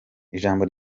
ijambo